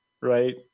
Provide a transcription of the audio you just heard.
right